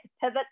pivot